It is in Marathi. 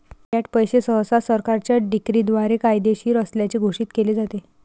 फियाट पैसे सहसा सरकारच्या डिक्रीद्वारे कायदेशीर असल्याचे घोषित केले जाते